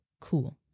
Cool